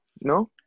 no